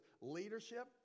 leadership